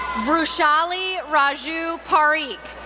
vrushali raju parikh,